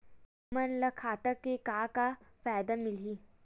हमन ला खाता से का का फ़ायदा मिलही?